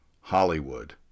Hollywood